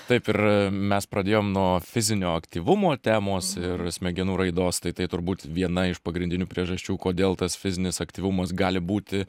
taip ir mes pradėjom nuo fizinio aktyvumo temos ir smegenų raidos tai tai turbūt viena iš pagrindinių priežasčių kodėl tas fizinis aktyvumas gali būti